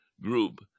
group